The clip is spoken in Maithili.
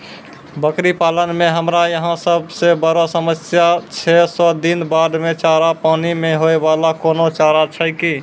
बकरी पालन मे हमरा यहाँ सब से बड़ो समस्या छै सौ दिन बाढ़ मे चारा, पानी मे होय वाला कोनो चारा छै कि?